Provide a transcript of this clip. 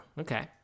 okay